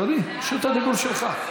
אדוני, רשות הדיבור שלך.